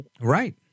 Right